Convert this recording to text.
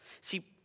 See